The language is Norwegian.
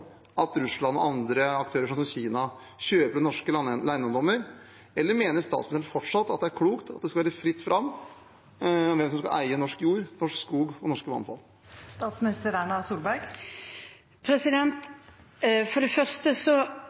at Russland og andre aktører, sånn som Kina, kjøper norske landeiendommer, eller mener statsministeren fortsatt at det er klokt at det skal være fritt fram hvem som skal eie norsk jord, norsk skog og norske